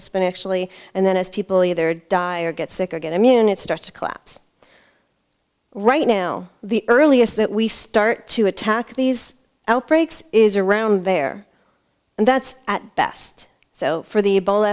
spin actually and then as people either die or get sick or get immune it starts to collapse right now the earliest that we start to attack these outbreaks is around there and that's at best so for the b